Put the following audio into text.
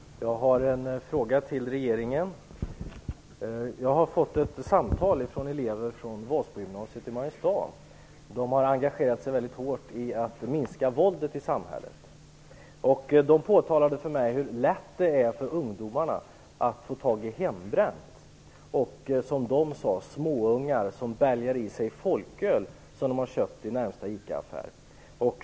Herr talman! Jag har en fråga till regeringen. Jag har fått ett samtal från elever från Vadsbogymnasiet i Mariestad. De har engagerat sig väldigt hårt i att minska våldet i samhället. De påtalade för mig hur lätt det är för ungdomar att få tag i hembränt. De sade att småungar bälgar i sig folköl som de har köpt i närmaste ICA-affär.